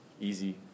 easy